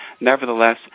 nevertheless